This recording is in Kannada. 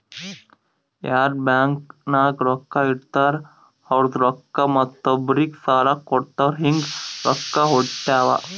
ಯಾರ್ ಬ್ಯಾಂಕ್ ನಾಗ್ ರೊಕ್ಕಾ ಇಡ್ತಾರ ಅವ್ರದು ರೊಕ್ಕಾ ಮತ್ತೊಬ್ಬರಿಗ್ ಸಾಲ ಕೊಡ್ತಾರ್ ಹಿಂಗ್ ರೊಕ್ಕಾ ಒಡ್ಯಾಡ್ತಾವ